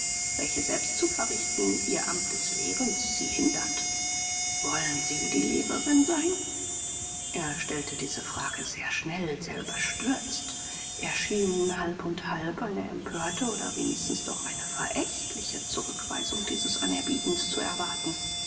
welche selbst zu verrichten ihr amt des lehrens sie hindert wollen sie die lehrerin sein er stellte diese frage sehr schnell sehr überstürzt er schien halb und halb eine empörte oder wenigstens doch eine verächtliche zurückweisung dieses anerbietens zu erwarten